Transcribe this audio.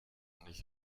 nicht